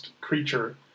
creature